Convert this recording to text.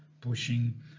pushing